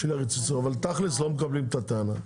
אבל תכלס אנחנו לא מקבלים את הטענה.